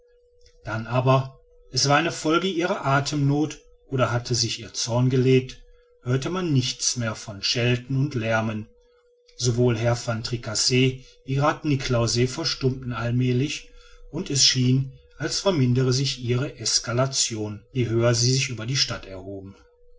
dann aber war es eine folge ihrer athemnoth oder hatte sich ihr zorn gelegt hörte man nichts mehr von schelten und lärmen sowohl herr van tricasse wie rath niklausse verstummten allmälig und es schien als vermindere sich ihre exaltation je höher sie sich über die stadt erhoben